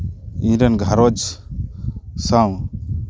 ᱤᱧᱨᱮᱱ ᱜᱷᱟᱨᱚᱸᱡᱽ ᱥᱟᱶ